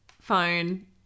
phone